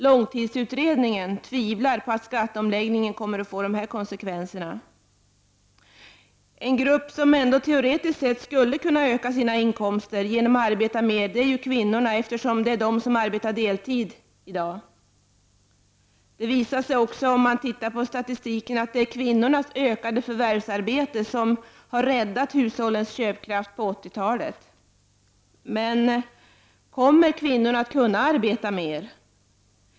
Långtidsutredningen tvivlar på att skatteomläggningen kommer att få dessa konsekvenser. En grupp som teoretiskt sett skulle kunna öka sina inkomster genom att arbeta mer är kvinnorna, eftersom det är de som arbetar deltid i dag. Det visar sig också, om man ser till statistiken, att det är kvinnornas ökade förvärvsarbete som har räddat hushållens köpkraft under 1980-talet. Men kommer kvinnorna att kunna arbeta mer?